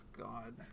God